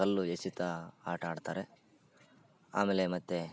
ಕಲ್ಲು ಎಸಿತಾ ಆಟ ಆಡ್ತಾರೆ ಆಮೇಲೆ ಮತ್ತೆ